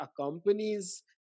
accompanies